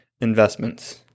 investments